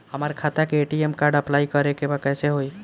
हमार खाता के ए.टी.एम कार्ड अप्लाई करे के बा कैसे होई?